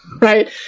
Right